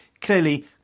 Clearly